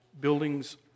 buildings